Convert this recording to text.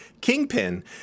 Kingpin